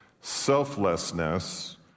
selflessness